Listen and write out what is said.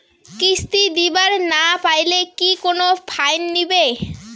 কিস্তি দিবার না পাইলে কি কোনো ফাইন নিবে?